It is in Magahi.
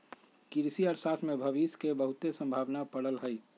कृषि अर्थशास्त्र में भविश के बहुते संभावना पड़ल हइ